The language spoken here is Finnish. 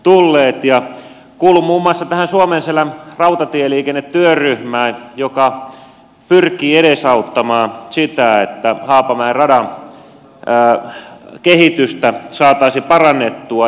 kuulun muun muassa tähän suomenselän rautatieliikennetyöryhmään joka pyrkii edesauttamaan sitä että haapamäen radan kehitystä saataisiin parannettua